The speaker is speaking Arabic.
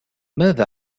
ماذا